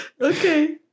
Okay